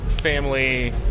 Family